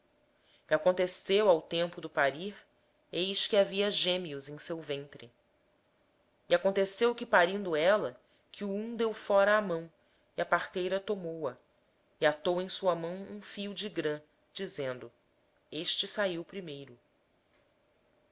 que ao tempo de ela dar à luz havia gêmeos em seu ventre e dando ela à luz um pôs fora a mão e a parteira tomou um fio encarnado e o atou em sua mão dizendo este saiu primeiro